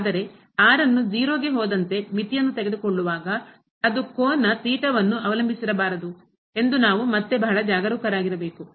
ಆದರೆ ಅನ್ನು 0 ಗೆ ಹೋದಂತೆ ಮಿತಿಯನ್ನು ತೆಗೆದುಕೊಳ್ಳುವಾಗ ಅದು ಕೋನ ಥೀಟಾವನ್ನು ಅವಲಂಬಿಸಬಾರದು ಎಂದು ನಾವು ಮತ್ತೆ ಬಹಳ ಜಾಗರೂಕರಾಗಿರಬೇಕು